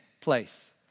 place